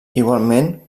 igualment